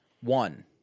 One